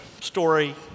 story